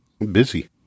busy